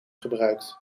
gebruikt